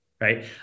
right